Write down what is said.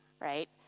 right